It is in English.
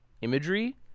imagery